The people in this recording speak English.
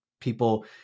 people